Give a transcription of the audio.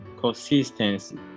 consistency